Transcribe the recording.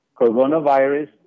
Coronavirus